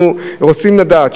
אנחנו רוצים לדעת,